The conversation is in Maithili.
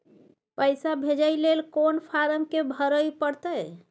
पैसा भेजय लेल कोन फारम के भरय परतै?